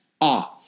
off